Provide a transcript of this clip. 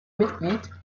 mitglied